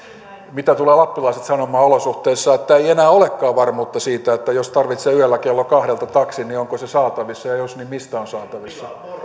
mitä tulevat lappilaiset sanomaan olosuhteissa joissa ei enää olekaan varmuutta siitä jos tarvitsee yöllä kello kahdelta taksin onko se saatavissa ja jos on niin mistä on saatavissa